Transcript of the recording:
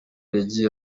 yagiye